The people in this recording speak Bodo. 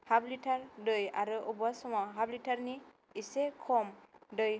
हाफ लिटार दै आरो अबेबा समाव हाफ लिटारनि इसे खम दै